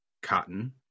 cotton